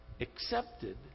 accepted